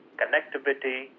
connectivity